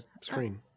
screen